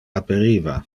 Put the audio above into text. aperiva